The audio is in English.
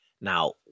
Now